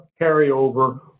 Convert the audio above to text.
carryover